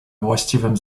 właściwym